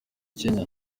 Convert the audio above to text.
kenya